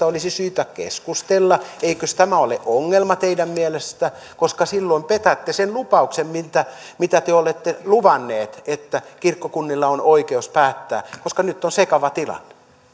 olisi syytä keskustella eikös tämä ole ongelma teidän mielestä silloin petätte sen lupauksen mitä mitä te olette luvanneet että kirkkokunnilla on oikeus päättää koska nyt on sekava tilanne